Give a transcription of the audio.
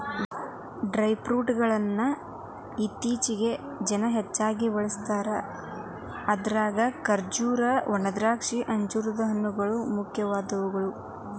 dry fruit ಗಳ್ಳನ್ನ ಇತ್ತೇಚಿಗೆ ಜನ ಹೆಚ್ಚ ಬಳಸ್ತಿದಾರ ಅದ್ರಾಗ ಖರ್ಜೂರ, ಒಣದ್ರಾಕ್ಷಿ, ಅಂಜೂರದ ಹಣ್ಣು, ಮುಖ್ಯವಾದವು